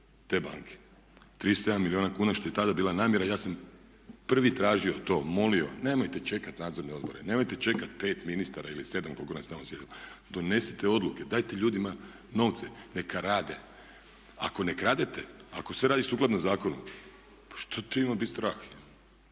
te banke. 37 milijuna kuna što je i tada bila namjera. Ja sam prvi tražio to, molio, nemojte čekati nadzorne odbore, nemojte čekati 5 ministara ili 7, nas je tamo sjedilo. Donosite odluke, dajte ljudima novce, neka rade. Ako ne kradete, ako sve radiš sukladno zakonu, pa što te ima biti strah?